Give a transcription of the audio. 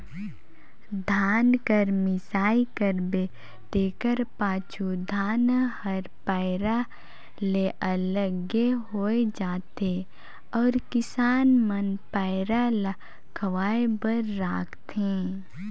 धान कर मिसाई करबे तेकर पाछू धान हर पैरा ले अलगे होए जाथे अउ किसान मन पैरा ल खवाए बर राखथें